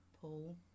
Paul